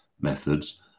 methods